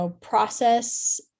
process